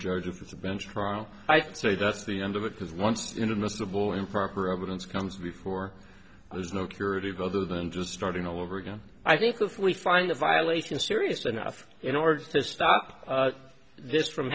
it's a bench trial i say that's the end of it because once in a miserable improper evidence comes before there's no curative other than just starting all over again i think before we find a violation serious enough in order to stop this from